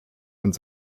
und